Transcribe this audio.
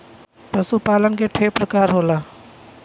पशु पालन के ठे परकार होला